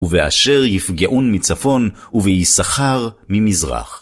ובאשר יפגעון מצפון וביששכר ממזרח.